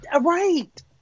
Right